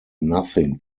nothing